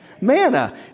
Manna